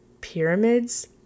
pyramids